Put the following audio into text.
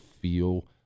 feel